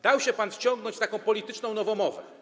Dał się pan wciągnąć w taką polityczną nowomowę.